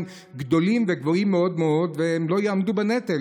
גדולים וגבוהים מאוד מאוד ולא יעמדו בנטל.